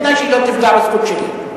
בתנאי שלא תפגע בזכות שלי.